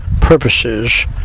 purposes